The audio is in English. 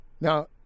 Now